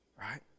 right